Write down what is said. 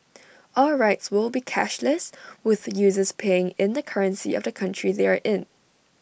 all rides will be cashless with users paying in the currency of the country they are in